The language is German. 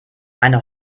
eine